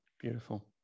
Beautiful